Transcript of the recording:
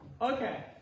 Okay